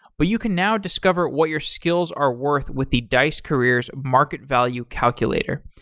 but you can now discover what your skills are worth with the dice careers market value calculator.